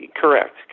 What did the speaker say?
Correct